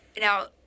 Now